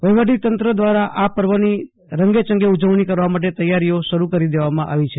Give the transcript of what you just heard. વફીવટીતંત્ર દ્વારા આ પર્વ ની રંગે રંગે ઉજવણી કરવા માટે તૈયારી ઓ શરૂ કરી દેવામાં આવી છે